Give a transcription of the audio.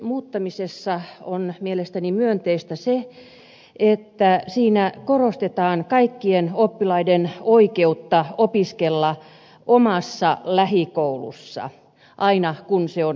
perusopetuslain muuttamisessa on mielestäni myönteistä se että siinä korostetaan kaikkien oppilaiden oikeutta opiskella omassa lähikoulussa aina kun se on mahdollista